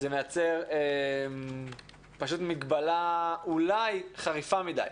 זה מייצר מגבלה אולי חריפה מדי,